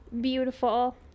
beautiful